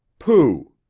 pooh,